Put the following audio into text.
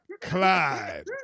Clyde